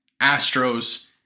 Astros